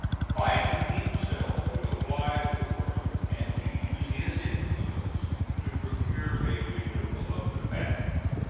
binding himself to apply for and to use his influence to procure a renewal of the patent.